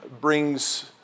brings